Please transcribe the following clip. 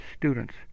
students